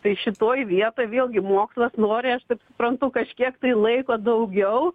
tai šitoj vietoj vėlgi mokslas nori aš taip suprantu kažkiek tai laiko daugiau